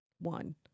One